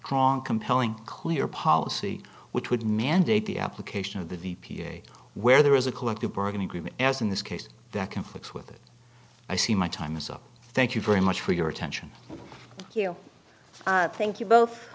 strong compelling clear policy which would mandate the application of the d p a where there is a collective bargaining agreement as in this case that conflicts with it i see my time is up thank you very much for your attention thank you both